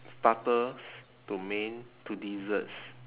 starters to main to desserts